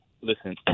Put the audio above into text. Listen